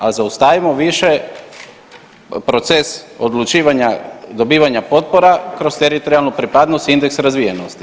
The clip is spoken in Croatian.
A zaustavimo više proces odlučivanja dobivanja potpora kroz teritorijalnu pripadnost i indeks razvijenosti.